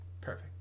Perfect